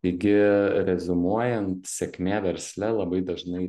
taigi reziumuojant sėkmė versle labai dažnai